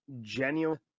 genuine